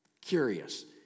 curious